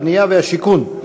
הבנייה והשיכון,